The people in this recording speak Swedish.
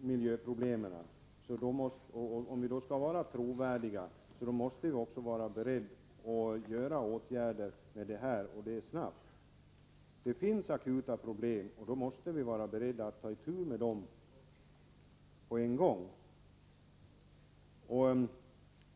miljöproblemen, måste vi, för att vara trovärdiga, också vara beredda att vidta åtgärder och göra det snabbt. Det finns akuta problem, och dem måste vi vara beredda att ta itu med på en gång.